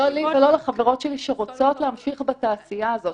-- לא לי ולחברות שלי שרוצות להמשיך בתעשייה הזאת.